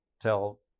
tell